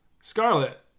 Scarlet